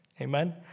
amen